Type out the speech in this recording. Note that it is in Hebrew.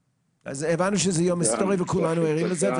הבנו שזה יום היסטורי, כולנו ערים לזה.